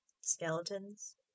skeletons